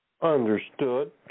Understood